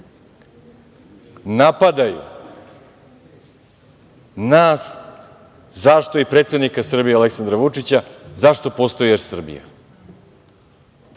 napadaju nas i predsednika Srbije Aleksandra Vučića zašto postoji „Er Srbija“.